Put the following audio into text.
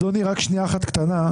אדוני, רק שנייה אחת קטנה.